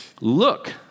look